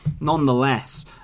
nonetheless